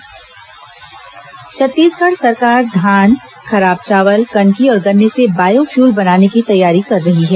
biofuel MOU Chhattisgarh सरकार धान खराब चावल कनकी और गन्ने से बायोफ्यूल बनाने की तैयारी कर रही है